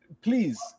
please